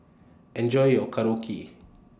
Enjoy your Korokke